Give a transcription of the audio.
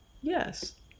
Yes